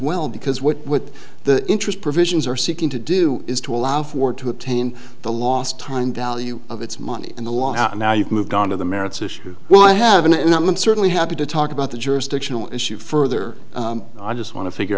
well because what the interest provisions are seeking to do is to allow for to obtain the last time value of its money in the law and now you've moved on to the merits issue well i haven't and i'm i'm certainly happy to talk about the jurisdictional issue further i just want to figure